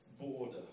border